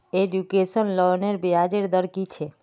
Education लोनेर ब्याज दर कि छे?